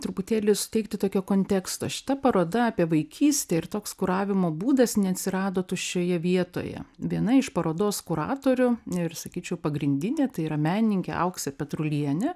truputėlį suteikti tokio konteksto šita paroda apie vaikystę ir toks kuravimo būdas neatsirado tuščioje vietoje viena iš parodos kuratorių ir sakyčiau pagrindinė tai yra menininkė auksė petrulienė